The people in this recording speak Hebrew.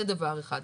זה דבר אחד.